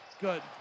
Good